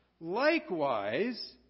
Likewise